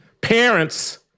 parents